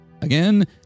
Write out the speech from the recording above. again